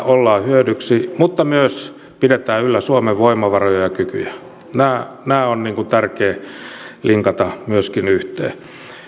olemme hyödyksi mutta myös pidämme yllä suomen voimavaroja ja kykyjä nämä nämä on tärkeää linkata myöskin yhteen